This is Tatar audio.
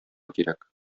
кирәк